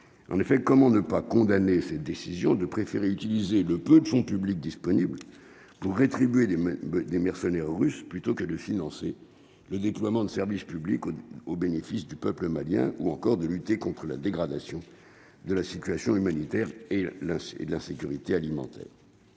en effet, comment ne pas condamner cette décision de préféré utiliser le peu de son public disponible pour rétribuer les mains des mercenaires russes plutôt que de financer le déploiement de services publics au bénéfice du peuple malien ou encore de lutter contre la dégradation de la situation humanitaire et là c'est de la sécurité alimentaire.